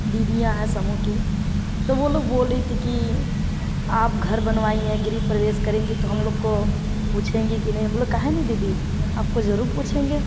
दीदीयाँ हैं समूह की तो वो लोग बोल रही थी कि आप घर बनवाई हैं गृह प्रवेश करेंगी तो हम लोग को पूछेंगी कि नहीं हम बोले काहे नहीं दीदी आपको ज़रूर पूछेंगे